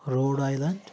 rhode island